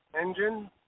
engine